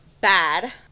bad